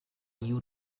you